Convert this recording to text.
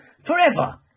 forever